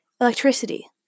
Electricity